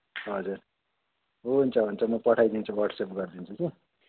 हजुर हुन्छ हुन्छ म पठाइदिन्छु वाट्सएप गरिदिन्छु कि